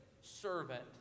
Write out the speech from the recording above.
servant